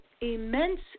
immense